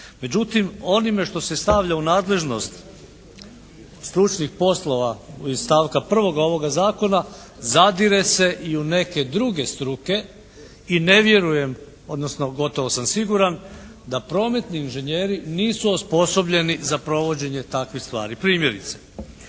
Međutim onime što se stavlja u nadležnost stručnih poslova iz stavka 1. ovoga zakona zadire se i u neke druge struke i ne vjerujem odnosno gotovo sam siguran da prometni inžinjeri nisu osposobljeni za provođenje takvih stvari. Primjerice,